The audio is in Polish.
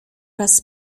raz